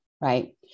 right